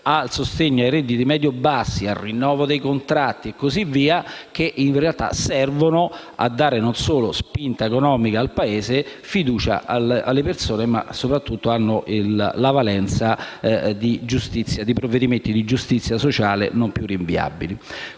al sostegno ai redditi medio-bassi, al rinnovo dei contratti che, in realtà, servono non solo a dare spinta economica al Paese e fiducia alle persone, ma anche e soprattutto hanno la valenza di provvedimenti di giustizia sociale non più rinviabili.